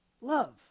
love